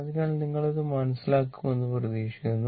അതിനാൽ നിങ്ങൾ ഇത് മനസ്സിലാക്കുമെന്ന് പ്രതീക്ഷിക്കുന്നു